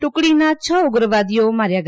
ટુકડીના છ ઉગ્રવાદીઓ માર્યા ગયા